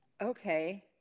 Okay